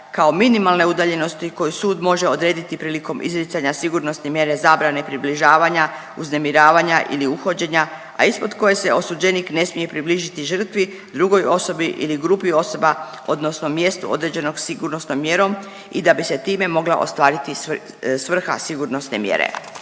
kao minimalne udaljenosti koju sud može odrediti prilikom izricanja sigurnosne mjere zabrane približavanja, uznemiravanja ili uhođenja, a ispod koje se osuđenik ne smije približiti žrtvi, drugoj osobi ili grupi osoba, odnosno mjestu određenog sigurnosnom mjerom i da bi se time mogla ostvariti svrha sigurnosne mjere.